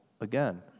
again